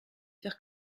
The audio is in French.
faire